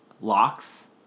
locks